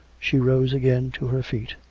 she rose again to her feet,